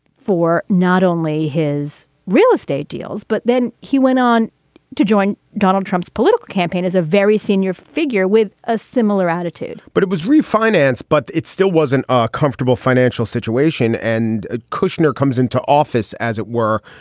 for not only his real estate deals, but then he went on to join donald trump's political campaign as a very senior figure with a similar attitude but it was refinance, but it still wasn't a comfortable financial situation. and ah kushner comes into office, as it were,